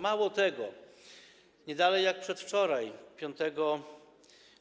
Mało tego, nie dalej jak przedwczoraj, 5